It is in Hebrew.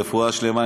רפואה שלמה,